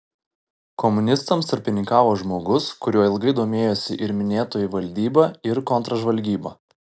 komunistams tarpininkavo žmogus kuriuo ilgai domėjosi ir minėtoji valdyba ir kontržvalgyba